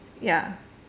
ya